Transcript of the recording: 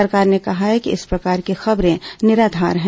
सरकार ने कहा है कि इस प्रकार की खबरें निराधार हैं